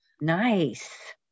Nice